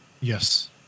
Yes